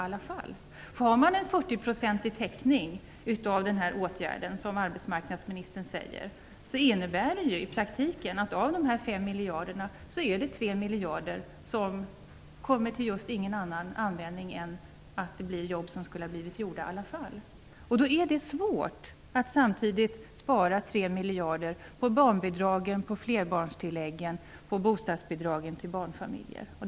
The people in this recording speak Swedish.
Om man får en täckning på 40 % när det gäller den här åtgärden, som arbetsmarknadsministern säger, innebär det i praktiken att 3 av dessa 5 miljarder inte används till någonting annat än till jobb som skulle ha blivit gjorda i alla fall. Då är det svårt att samtidigt spara 3 miljarder på barnbidragen, flerbarnstilläggen och bostadsbidragen till barnfamiljerna.